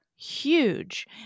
Huge